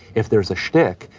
if there's a schtick,